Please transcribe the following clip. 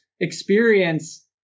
experience